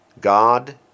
God